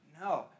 No